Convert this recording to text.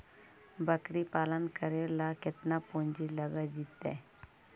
बकरी पालन करे ल केतना पुंजी लग जितै?